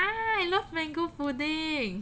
ah I love mango pudding